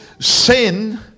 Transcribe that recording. sin